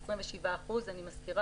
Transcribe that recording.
27%. אני מזכירה,